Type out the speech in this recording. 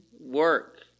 work